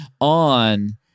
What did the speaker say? on